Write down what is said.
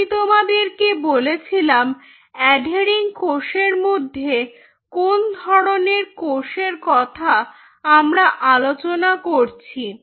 আমি তোমাদেরকে বলেছিলাম অ্যাঢেরিং কোষের মধ্যে কোন ধরনের কোষের কথা আমরা আলোচনা করছি